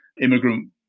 immigrant